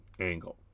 angle